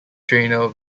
trainer